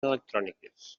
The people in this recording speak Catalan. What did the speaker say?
electròniques